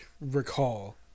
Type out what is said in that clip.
recall